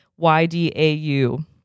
YDAU